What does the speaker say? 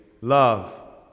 Love